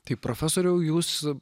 tai profesoriau jūs